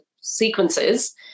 sequences